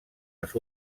les